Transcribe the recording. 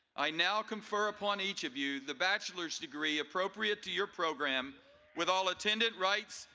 i now confer upon each of you the bachelor's degree appropriate to your program with all attendant rights,